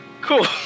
Cool